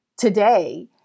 today